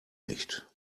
nicht